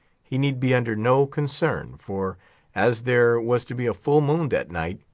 he need be under no concern for as there was to be a full moon that night,